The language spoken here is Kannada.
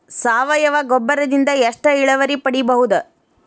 ಸಾವಯವ ಗೊಬ್ಬರದಿಂದ ಎಷ್ಟ ಇಳುವರಿ ಪಡಿಬಹುದ?